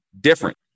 different